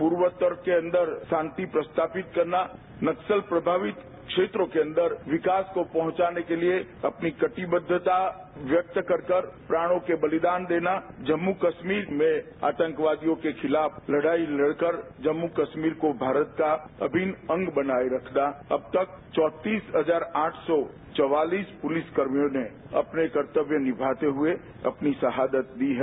पूर्वोत्तर के अंदर शांति प्रस्तावित करना नक्सल प्रमावित क्षेत्रों के अंदर विकास को पहुंचाने के लिए अपनी कटिबढ़ता व्यक्त कर कर प्राणों के बलिदान देना जम्मू कस्गीर में आतंकवादियों के खिलाफ लड़ाई लड़कर जम्मू कस्तीर को भारत का अभिन्न अंग बनाए रखना अब तक चौतीस हजार आठ रती चवातीस पुलिसकर्मियों ने अपने कर्तव्य निभाते डूए अपनी राहादत दी है